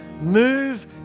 Move